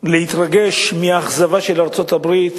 צריכים להתרגש מהאכזבה של ארצות-הברית,